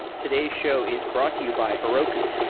today's show is brought to you by heroku,